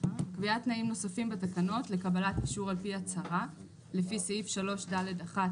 תנאים נוספים בתקנות לקבלת אישור על פי הצהרה לפי סעיף 3ד1(א)(3),